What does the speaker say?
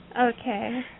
Okay